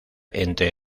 entre